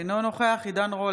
אינו נוכח עידן רול,